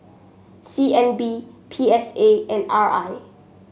C N B P S A and R I